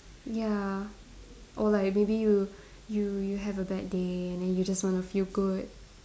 ya or like maybe you you you have a bad day and then you just wanna feel good